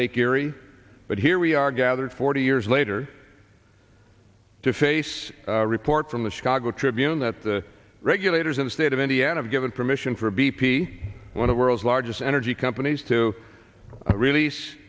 erie but here we are gathered forty years later to face report from the chicago tribune that the regulators of the state of indiana given permission for b p one of world's largest energy companies to release